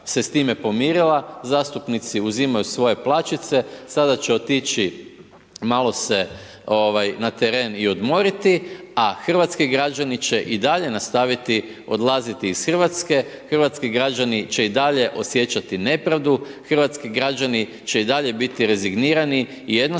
se s time pomirila, zastupnici uzimaju svoje plaćice, sada će otići malo se na teren i odmoriti a hrvatski građani će i dalje nastaviti iz Hrvatske, hrvatski građani će i dalje osjećati nepravdu, hrvatski građani će i dalje biti rezignirani i jednostavno